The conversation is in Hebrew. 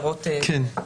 זה בדיוק העניין.